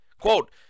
Quote